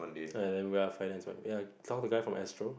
ya and we are finance what ya come the guy from astro